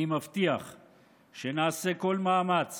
אני מבטיח שנעשה כל מאמץ